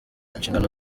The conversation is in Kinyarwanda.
inshingano